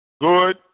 Good